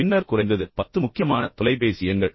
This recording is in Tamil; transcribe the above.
பின்னர் குறைந்தது 10 முக்கியமான தொலைபேசி எண்கள்